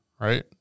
Right